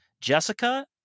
Jessica